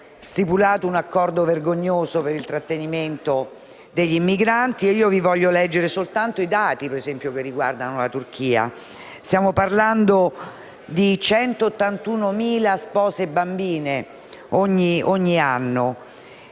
stipulato un accordo vergognoso per il trattenimento dei migranti. Voglio leggere i dati che riguardano la Turchia. Stiamo parlando di 181.000 spose bambine ogni anno